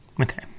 Okay